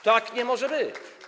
Tak nie może być.